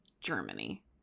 Germany